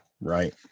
right